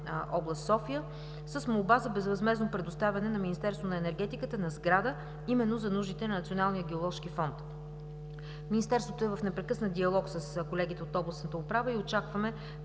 област София с молба за безвъзмездно предоставяне на Министерство на енергетиката на сграда за нуждите на Националния геоложки фонд. Министерството е в непрекъснат диалог с колегите от областната управа. Очакваме